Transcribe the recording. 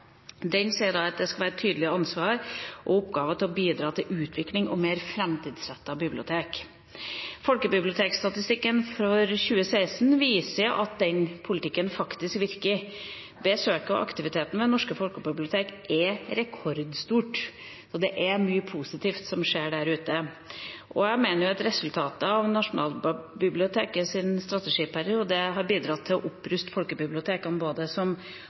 Den sier at det skal være et tydelig ansvar og en oppgave å bidra til utvikling og mer framtidsrettede bibliotek. Folkebibliotekstatistikken for 2016 viser at den politikken faktisk virker. Besøket og aktiviteten ved folkebibliotekene er rekordstor. Det er mye positivt som skjer der ute. Jeg mener at resultatet av Nasjonalbibliotekets strategiperiode har bidratt til å oppruste folkebibliotekene både